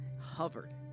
hovered